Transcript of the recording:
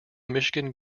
michigan